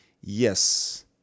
Yes